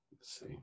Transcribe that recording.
see